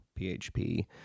PHP